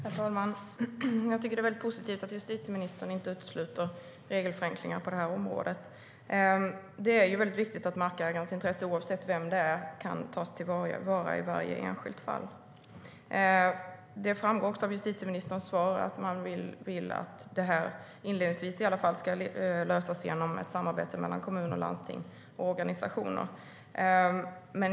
Herr talman! Det är positivt att justitieministern inte utesluter regelförenklingar på detta område. Det är viktigt att markägarens intresse, oavsett vem det är, kan tas till vara i varje enskilt fall. Det framgår av justitieministerns svar att man vill att detta i alla fall inledningsvis ska lösas genom ett samarbete mellan kommuner, landsting och organisationer.